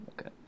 okay